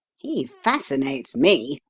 he fascinates me,